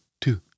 two